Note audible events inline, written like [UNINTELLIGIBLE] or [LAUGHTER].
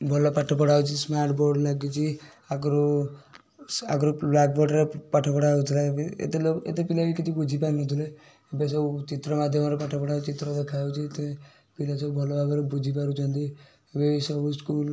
ଭଲ ପାଠ ପଢ଼ା ହେଉଛି ସ୍ମାର୍ଟ ବୋର୍ଡ଼ ଲାଗିଛି ଆଗୁରୁ [UNINTELLIGIBLE] ଆଗୁରୁ ବ୍ଲାକ୍ ବୋର୍ଡ଼ରେ ପାଠ ପଢ଼ା ହେଉଥିଲା ଏବେ ଏତେ ଲୋ ଏତେ ପିଲା ବି କିଛି ବୁଝିପାରୁ ନଥିଲେ ଏବେ ସବୁ ଚିତ୍ର ମାଧ୍ୟମରେ ପାଠ ପଢ଼ା ହେଉଛି ଚିତ୍ର ଦେଖାଯାଉଛି [UNINTELLIGIBLE] ପିଲା ସବୁ ଭଲ ଭାବରେ ବୁଝି ପାରୁଛନ୍ତି ଏବେ ଏଇ ସବୁ ସ୍କୁଲ୍